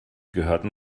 gehörten